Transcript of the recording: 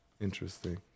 Interesting